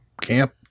camp